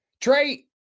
Trey